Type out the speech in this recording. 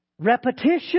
Repetition